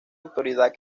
autoridad